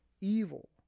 evil